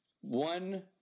One